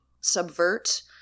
subvert